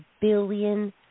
billion